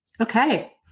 Okay